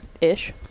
Ish